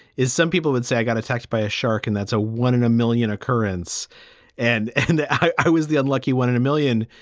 is some people would say i got attacked by a shark and that's a one in a million occurrence and and i was the unlucky one in a million.